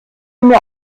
mir